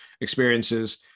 experiences